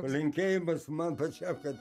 palinkėjimas man pačiam kad